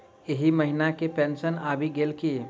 एहि महीना केँ पेंशन आबि गेल की